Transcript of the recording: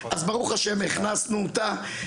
אז ברוך ה' הכנסנו אותה,